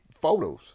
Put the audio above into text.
photos